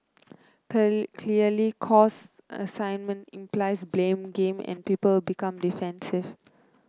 clear clearly cause assignment implies blame game and people become defensive